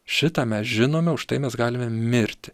šitą mes žinome už tai mes galime mirti